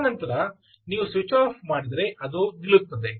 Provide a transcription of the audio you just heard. ತದನಂತರ ನೀವು switch off ಮಾಡಿದರೆ ಅದು ನಿಲ್ಲುತ್ತದೆ